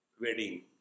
wedding